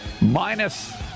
minus